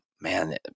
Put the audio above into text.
man